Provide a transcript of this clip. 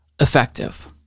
effective